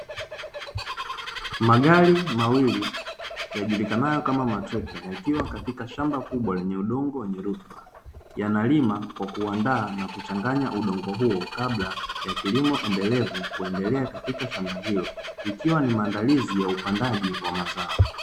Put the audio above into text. Magari mawili yajulikanayo kama matrekta yakiwa katika shamba kubwa lenye udongo wenye rutuba, yanalima kwa kuandaa na kuchanganya udongo huo kabla ya kilimo endelevu kuendelea katika shamba hilo, ikiwa ni maandalizi ya upandaji wa mazao.